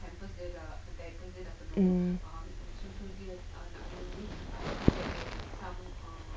mm